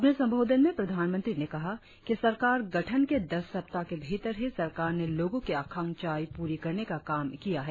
अपने संबोधन में प्रधानमंत्री ने कहा कि सरकार गठन के दस सप्ताह के भीतर ही सरकार ने लोगों की आकांक्षाएं पूरी करने का काम किया है